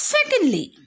Secondly